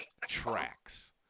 tracks